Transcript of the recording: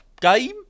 game